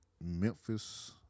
Memphis